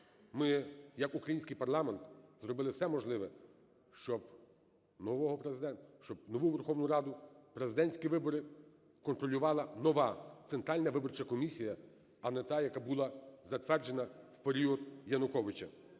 Ми як український парламент зробили все можливе, щоб нового Президента, щоб нову Верховну Раду, президентські вибори контролювала нова Центральна виборча комісія, а не та, яка була затверджена в період Януковича.